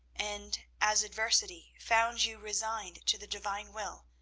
and as adversity found you resigned to the divine will,